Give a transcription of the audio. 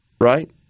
Right